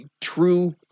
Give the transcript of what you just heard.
true